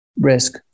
risk